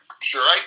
sure